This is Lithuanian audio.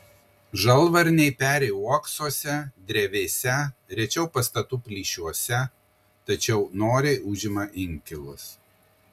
žalvarniai peri uoksuose drevėse rečiau pastatų plyšiuose tačiau noriai užima inkilus